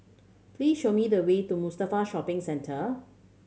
please show me the way to Mustafa Shopping Centre